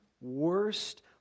worst